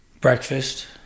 Breakfast